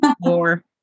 more